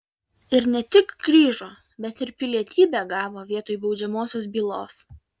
ir ne tik grįžo bet ir pilietybę gavo vietoj baudžiamosios bylos